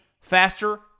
faster